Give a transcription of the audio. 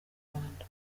rwanda